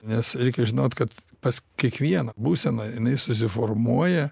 nes reikia žinot kad pas kiekvieną būseną jinai susiformuoja